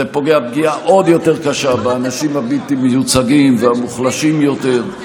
זה פוגע פגיעה עוד יותר קשה באנשים הבלתי-מיוצגים והמוחלשים יותר.